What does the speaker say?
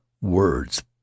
Words